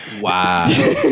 Wow